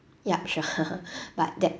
yup sure but that